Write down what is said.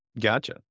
gotcha